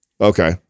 Okay